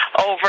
over